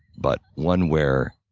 but one where